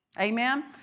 Amen